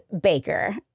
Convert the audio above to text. baker